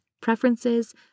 preferences